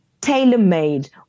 tailor-made